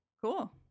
cool